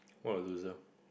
what a loser